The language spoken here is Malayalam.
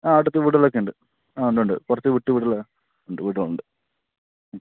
ആ അടുത്തു വീടുകളൊക്കെയുണ്ട് ആ ഉണ്ടുണ്ട് കുറച്ചു വിട്ടു വീടുകൾ ഉണ്ട് വീടുകളുണ്ട് മ്